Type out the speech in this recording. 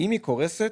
קורסת,